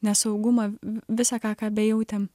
nesaugumą visą ką ką bejautėm